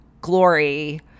Glory